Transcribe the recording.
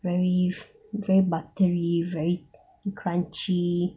very very buttery very crunchy